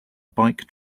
bike